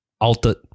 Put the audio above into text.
altered